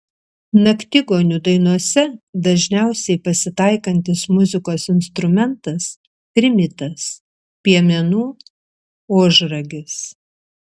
naktigonių dainose dažniausiai pasitaikantis muzikos instrumentas trimitas piemenų ožragis